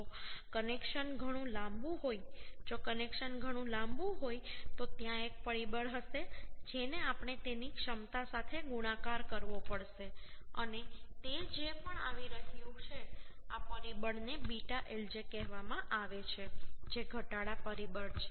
જો કનેક્શન ઘણું લાંબુ હોય જો કનેક્શન ઘણું લાંબુ હોય તો ત્યાં એક પરિબળ હશે જેને આપણે તેની ક્ષમતા સાથે ગુણાકાર કરવો પડશે અને તે જે પણ આવી રહ્યું છે આ પરિબળને β lj કહેવામાં આવે છે જે ઘટાડો પરિબળ છે